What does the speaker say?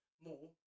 more